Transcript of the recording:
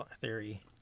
theory